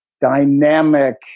dynamic